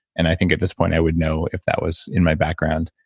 and i think at this point i would know if that was in my background,